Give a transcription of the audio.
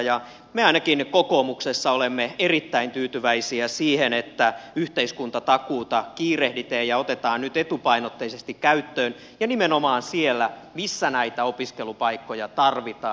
me ainakin kokoomuksessa olemme erittäin tyytyväisiä siihen että yhteiskuntatakuuta kiirehditään ja otetaan nyt etupainotteisesti käyttöön ja nimenomaan siellä missä näitä opiskelupaikkoja tarvitaan